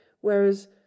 whereas